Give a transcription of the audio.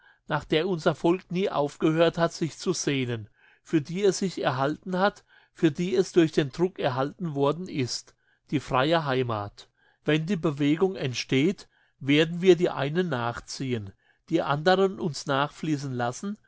nach der unser volk nie aufgehört hat sich zu sehnen für die es sich erhalten hat für die es durch den druck erhalten worden ist die freie heimat wenn die bewegung entsteht werden wir die einen nachziehen die anderen uns nachfliessen lassen